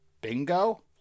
Bingo